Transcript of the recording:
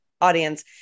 audience